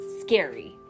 scary